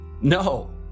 no